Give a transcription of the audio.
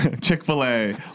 Chick-fil-A